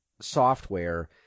software